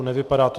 Nevypadá to.